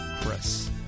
Chris